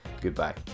Goodbye